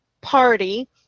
party